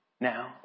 now